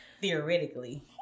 theoretically